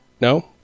No